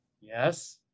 Yes